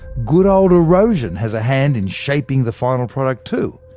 good old erosion has a hand in shaping the final product too.